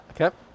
Okay